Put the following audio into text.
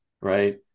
right